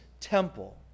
temple